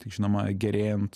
tai žinoma gerėjant